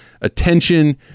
attention